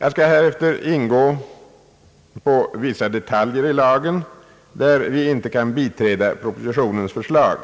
Jag skall härefter ingå på vissa detaljer i lagen där vi inte kan biträda propositionens förslag.